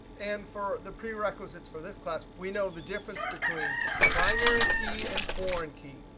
and for the prerequisites for this class, we know the difference between primary key and foreign key.